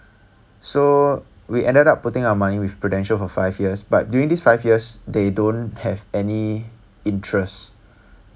so we ended up putting our money with prudential for five years but during this five years they don't have any interest